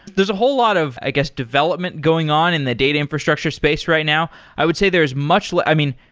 there's a whole lot of, i guess, development going on in the data infrastructure space right now. i would say there's much like i mean,